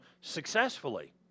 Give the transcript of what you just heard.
successfully